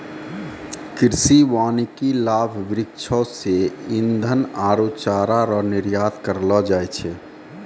कृषि वानिकी लाभ वृक्षो से ईधन आरु चारा रो निर्यात करलो जाय छै